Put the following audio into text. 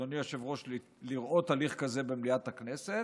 אדוני היושב-ראש, לראות הליך כזה במליאת הכנסת,